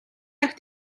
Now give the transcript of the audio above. дахь